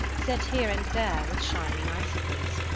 set here and there with shining icicles.